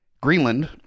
Greenland